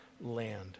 land